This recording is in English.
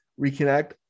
reconnect